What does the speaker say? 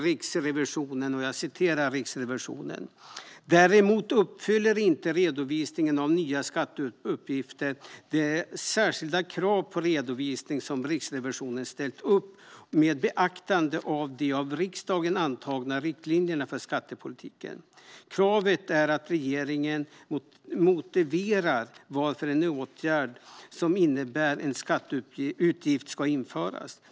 Riksrevisionen konstaterar: "Däremot uppfyller inte redovisningen av nya skatteutgifter det särskilda krav på redovisning som Riksrevisionen ställt upp med beaktande av de av riksdagen antagna riktlinjerna för skattepolitiken. Kravet är att regeringen motiverar varför en åtgärd som innebär skatteutgifter ska införas.